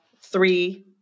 three